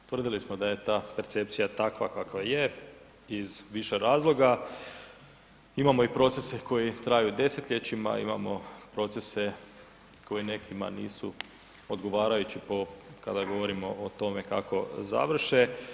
Utvrdili smo da je ta percepcija takva kakva je, iz više razloga, imamo i procese koji traju desetljećima, imamo procese koji nekima nisu odgovarajući po, kada govorimo o tome kako završe.